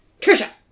Trisha